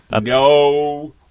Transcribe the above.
No